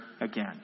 again